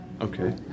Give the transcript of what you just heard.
Okay